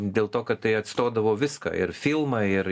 dėl to kad tai atstodavo viską ir filmą ir